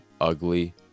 ugly